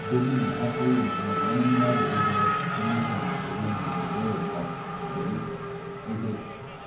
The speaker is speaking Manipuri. ꯖꯣꯒꯤꯡ ꯉꯥꯏꯍꯥꯛ ꯇꯧꯔꯨꯕ ꯃꯇꯝꯗ ꯌꯥꯝꯅ ꯅꯨꯡꯉꯥꯏꯕ ꯋꯦꯗꯔ ꯀꯟꯗꯤꯁꯟ ꯑꯗꯩ ꯂꯝꯕꯤ ꯍꯥꯏꯗꯨ ꯑꯣꯏꯌꯦꯕꯀꯣ ꯑꯗꯒꯤ ꯑꯩꯁꯦ